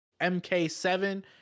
MK7